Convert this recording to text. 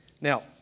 Now